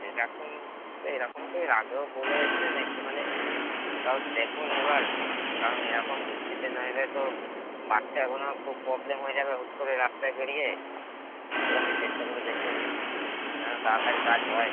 এরকম এরকম তো এর আগেও বলে এসছেন একটুখানি সব দেখুন এবার কারণ এরকম বৃষ্টিতে নইলে তো বাচ্ছাগুনোর খুব প্রবলেম হয়ে যাবে হুট করে রাস্তায় বেড়িয়ে একটুখানি চেষ্টা করে দেখুন যেন তাড়াতাড়ি কাজ হয়